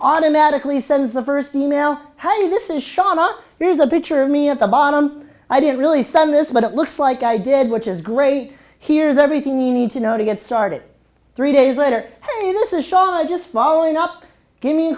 automatically sends the first email how does this is shawna here's a picture of me at the bottom i didn't really son this but it looks like i did which is great here's everything you need to know to get started three days later how do you know this is shawn just following up give me a